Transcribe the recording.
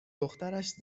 دخترش